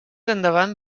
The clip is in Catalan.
endavant